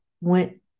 went